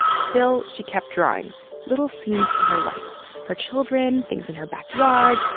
still, she kept drawing little scenes from her life her children, things in her backyard,